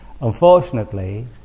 Unfortunately